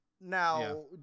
Now